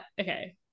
Okay